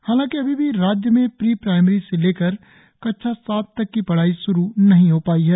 हालाकि अभी भी राज्य में प्री प्राईमरी से लेकर कक्षा सात तक की पढ़ाई श्रु नही हो पाई है